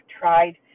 tried